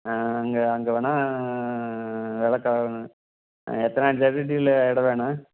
ஆ அங்கே அங்கே வேணாம் வில க எத்தனை சதுர அடியில் இடம் வேணும்